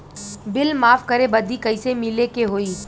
Bill माफ करे बदी कैसे मिले के होई?